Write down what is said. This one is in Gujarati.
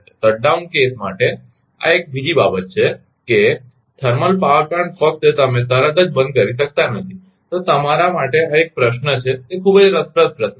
શટ ડાઉન કેસ માટે આ એક બીજી બાબત છે કે થર્મલ પાવર પ્લાન્ટ ફક્ત તમે તરત જ બંધ કરી શકતા નથી તો આ તમારા માટે એક પ્રશ્ન છે કે તે ખૂબ જ રસપ્રદ પ્રશ્ન છે